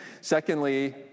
Secondly